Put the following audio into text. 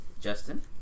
Justin